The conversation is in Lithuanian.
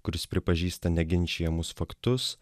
kuris pripažįsta neginčijamus faktus